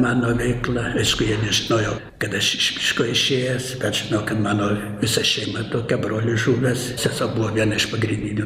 mano veikla aišku jie nežinojo kad aš iš miško išėjęs bet žino kad mano visa šeima tokia brolis žuvęs sesuo buvo viena iš pagrindinių